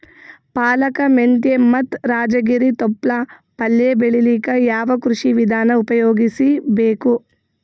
ಪಾಲಕ, ಮೆಂತ್ಯ ಮತ್ತ ರಾಜಗಿರಿ ತೊಪ್ಲ ಪಲ್ಯ ಬೆಳಿಲಿಕ ಯಾವ ಕೃಷಿ ವಿಧಾನ ಉಪಯೋಗಿಸಿ ಬೇಕು?